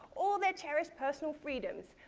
or their cherished personal freedoms.